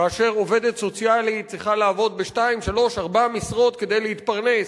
כאשר עובדת סוציאלית צריכה לעבוד בשתיים-שלוש-ארבע משרות כדי להתפרנס,